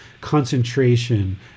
concentration